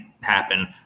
happen